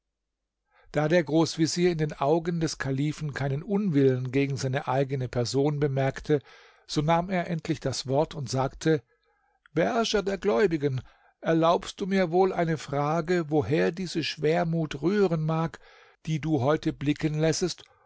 da der großvezier in den augen des kalifen keinen unwillen gegen seine eigene person bemerkte so nahm er endlich das wort und sagte beherrscher der gläubigen erlaubst du mir wohl eine frage woher diese schwermut rühren mag die du heute blicken lässest